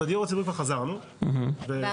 ..